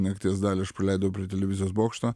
nakties dalį aš praleidau prie televizijos bokšto